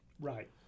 right